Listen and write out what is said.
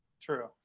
true